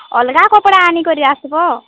ଅଲ୍ଗା କପ୍ଡ଼ା ଆନିକରି ଆସ୍ବ